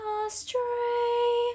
astray